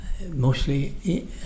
Mostly